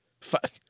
Fuck